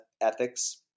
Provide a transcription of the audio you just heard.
ethics